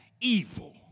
evil